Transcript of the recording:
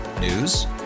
News